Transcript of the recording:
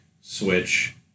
switch